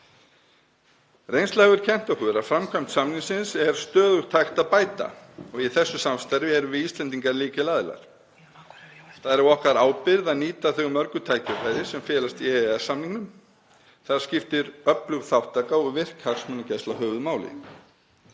Reynslan hefur kennt okkur að framkvæmd samningsins er stöðugt hægt að bæta og í þessu samstarfi erum við Íslendingar lykilaðilar. Það er á okkar ábyrgð að nýta þau mörgu tækifæri sem felast í EES-samningnum. Þar skiptir öflug þátttaka og virk hagsmunagæsla höfuðmáli.